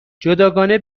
جداگانه